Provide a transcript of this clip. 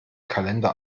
kalender